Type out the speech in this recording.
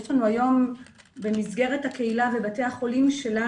יש לנו היום במסגרת הקהילה ובתי החולים שלנו,